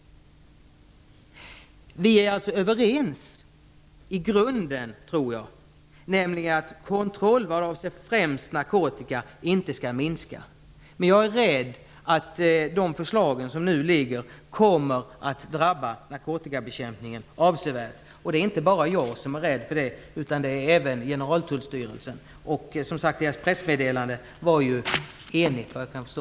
Vi är alltså överens i grunden, tror jag, om att kontrollen vad avser främst narkotika inte skall minska. Men jag är rädd för att de förslag som nu ligger kommer att drabba narkotikabekämpningen avsevärt. Det är inte bara jag som är rädd för det, utan det är även Generaltullstyrelsen. Deras pressmeddelande var enigt, enligt vad jag kan förstå.